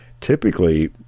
typically